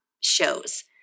shows